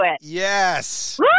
Yes